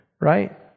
right